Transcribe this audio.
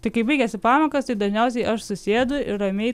tai kai baigiasi pamokos tai dažniausiai aš susėdu ir ramiai